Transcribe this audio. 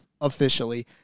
officially